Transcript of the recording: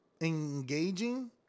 engaging